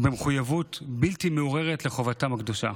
ובמחויבות בלתי מעורערת לחובתם הקדושה.